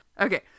okay